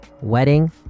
Wedding